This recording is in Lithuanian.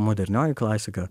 modernioji klasika